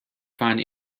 find